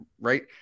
right